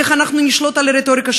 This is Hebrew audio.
איך אנחנו נשלוט על הרטוריקה,